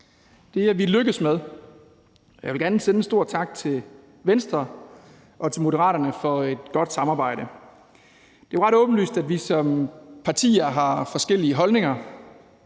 Det er vi lykkedes med, og jeg vil gerne sende en stor tak til Venstre og til Moderaterne for et godt samarbejde. Det er jo ret åbenlyst, at vi som partier har forskellige holdninger,